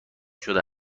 شده